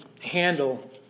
handle